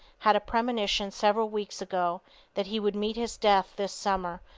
had a premonition several weeks ago that he would meet his death this summer,